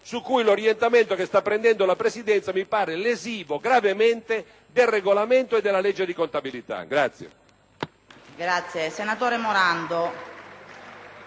su cui l'orientamento che sta prendendo la Presidenza mi pare lesivo gravemente del Regolamento e della legge di contabilità.